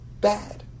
bad